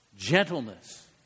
Gentleness